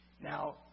Now